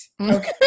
Okay